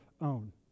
own